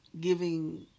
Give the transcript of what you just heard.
giving